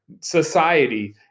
society